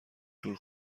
طول